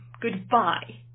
Goodbye